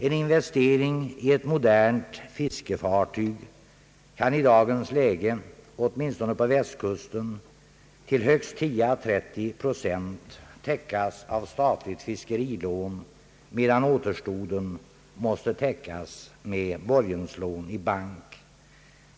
En investering i ett modernt fiskefartyg kan i dagens läge, åtminstone på västkusten, till högst 10 å 30 procent täckas av statligt fiskerilån. Återstoden måste täckas med borgenslån i bank.